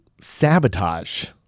sabotage